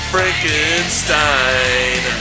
Frankenstein